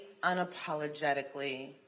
unapologetically